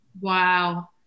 Wow